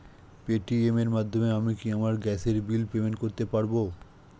Paytm এর মাধ্যমে আমি কি আমার গ্যাসের বিল পেমেন্ট করতে পারব?